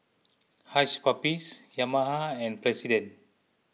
Hush Puppies Yamaha and President